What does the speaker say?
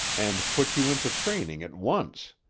and put you into training at once.